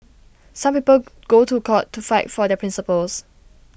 some people go to court to fight for their principles